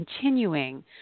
continuing